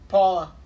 Paula